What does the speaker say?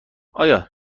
آیا